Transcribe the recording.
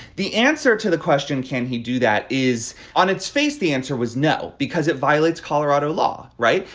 the answer to the question can he do that is on its face. the answer was no because it violates colorado law. right.